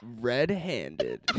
red-handed